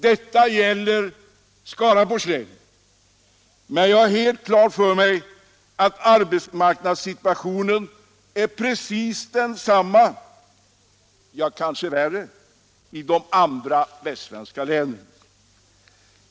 Detta gäller alltså Skaraborgs län, men jag har helt klart för mig att arbetsmarknadssituationen är precis densamma — kanske värre — i andra västsvenska län.